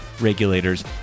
regulators